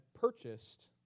purchased